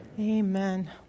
Amen